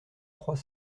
trois